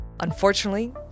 Unfortunately